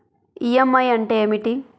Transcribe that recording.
EMI అంటే ఏమిటి?